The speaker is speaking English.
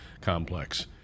Complex